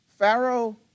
Pharaoh